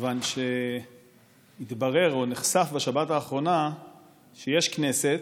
כיוון שהתברר או נחשף בשבת האחרונה שיש כנסת,